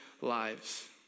lives